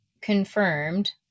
confirmed